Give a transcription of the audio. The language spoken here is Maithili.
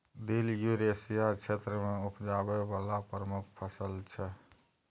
दिल युरेसिया क्षेत्र मे उपजाबै बला प्रमुख फसल छै